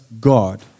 God